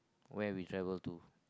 where we travel to